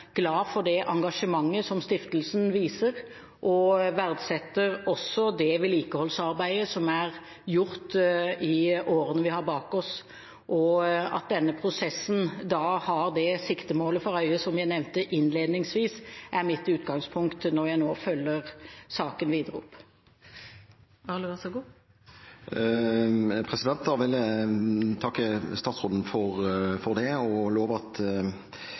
glad for det engasjementet som stiftelsen viser, og jeg verdsetter det vedlikeholdsarbeidet som er gjort i årene vi har bak oss. At denne prosessen har det siktemål for øye som jeg nevnte innledningsvis, er mitt utgangspunkt når jeg nå følger saken opp videre. Jeg vil takke statsråden for svaret og lover at vi er flere som skal følge med på dette. Det